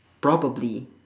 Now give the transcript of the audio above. probably